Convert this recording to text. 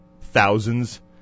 thousands